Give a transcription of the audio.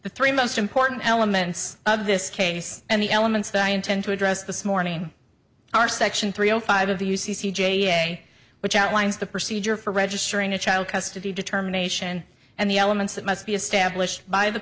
the three most important elements of this case and the elements that i intend to address this morning are section three o five of the u c c j which outlines the procedure for registering a child custody determination and the elements that must be established by the